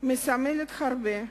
מסמלת הרבה.